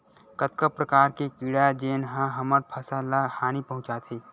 कतका प्रकार के कीड़ा जेन ह हमर फसल ल हानि पहुंचाथे?